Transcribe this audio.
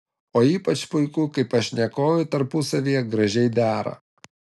o ypač puiku kai pašnekovai tarpusavyje gražiai dera